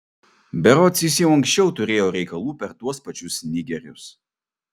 berods jis jau anksčiau turėjo reikalų per tuos pačius nigerius